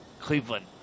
Cleveland